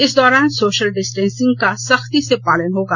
इस दौरान social distancing का सख्ती से पालन होगा